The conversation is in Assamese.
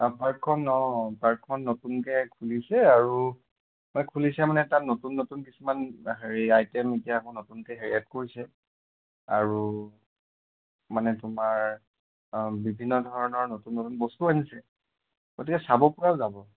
পাৰ্কখন অঁ পাৰ্কখন নতুনকৈ খুলিছে পাৰ্ক খুলিছে মানে তাত নতুন নতুন কিছুমান হেৰি আইটেম এতিয়া আকৌ নতুনকৈ এড কৰিছে আৰু মানে তোমাৰ বিভিন্ন ধৰণৰ নতুন নতুন বস্তুও আনিছে গতিকে চাব পৰা যাব